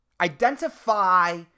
Identify